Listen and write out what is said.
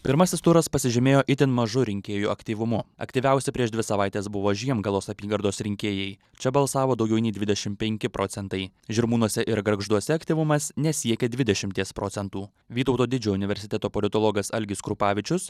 pirmasis turas pasižymėjo itin mažu rinkėjų aktyvumu aktyviausi prieš dvi savaites buvo žiemgalos apygardos rinkėjai čia balsavo daugiau nei dvidešim penki procentai žirmūnuose ir gargžduose aktyvumas nesiekė dvidešimties procentų vytauto didžiojo universiteto politologas algis krupavičius